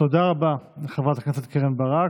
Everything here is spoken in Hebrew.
תודה רבה לחברת הכנסת קרן ברק.